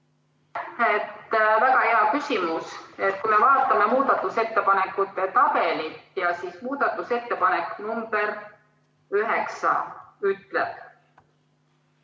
Väga hea küsimus. Kui me vaatame muudatusettepanekute tabelit, siis muudatusettepanek nr 9 ütleb,